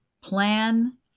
Plan